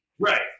Right